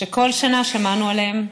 שכל שנה שמענו עליהם.